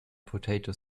potato